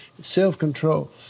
self-control